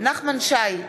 נחמן שי,